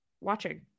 watching